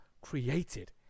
created